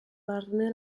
barne